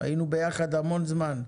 היינו ביחד המון זמן.